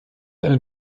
einen